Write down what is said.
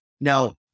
now